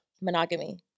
Monogamy